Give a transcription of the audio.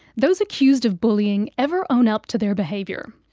those accused of bullying ever own up to their behaviour.